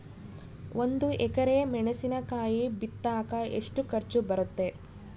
ಒಂದು ಎಕರೆ ಮೆಣಸಿನಕಾಯಿ ಬಿತ್ತಾಕ ಎಷ್ಟು ಖರ್ಚು ಬರುತ್ತೆ?